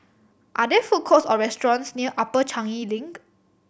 are there food courts or restaurants near Upper Changi Link